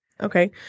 Okay